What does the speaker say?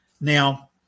Now